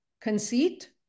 conceit